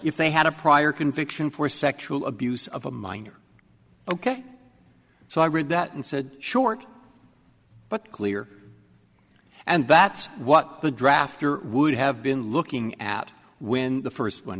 if they had a prior conviction for sexual abuse of a minor ok so i read that and said short but clear and that's what the drafter would have been looking at when the first one